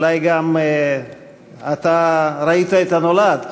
אולי גם ראית את הנולד,